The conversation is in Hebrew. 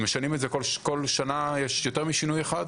הם משנים את זה, כל שנה יש יותר משינוי אחד.